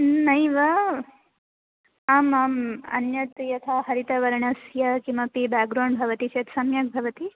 नैव आमाम् अन्यत् यथा हरितवर्णस्य किमपि बेक्ग्रौण्ड् भवति चेत् सम्यक् भवति